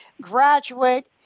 graduate